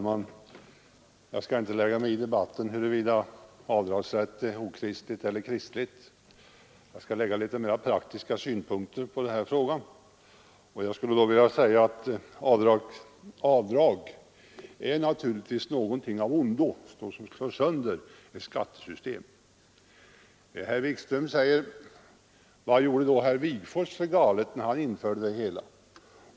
Vad gjorde då herr Wigforss för galet när han införde avdragsrätt för gåvor?